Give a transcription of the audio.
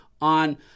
on